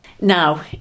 Now